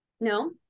No